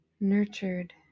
nurtured